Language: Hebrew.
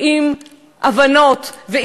הבנה שבאמת צריך לבוא ולמצוא מודל,